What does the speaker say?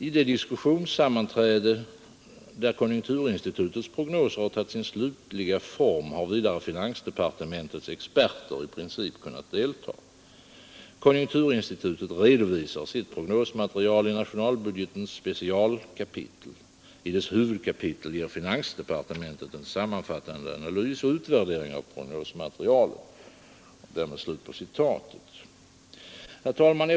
—-—- I de diskussionssammanträden där konjunkturinstitutets prognoser tagit sin slutliga form har vidare finansdepartementets experter i princip kunnat delta Konjunkturinstitutet redovisar sitt prognosmaterial i nationalbudgetens specialkapitel. I dess huvudkapitel ger finansdepartementet en sammanfattande analys och utvärdering av prognosmaterialet.” Herr talman!